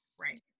Right